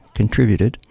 contributed